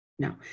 No